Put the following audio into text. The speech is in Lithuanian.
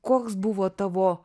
koks buvo tavo